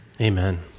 Amen